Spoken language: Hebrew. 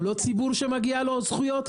הם לא ציבור שמגיע לו זכויות?